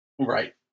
Right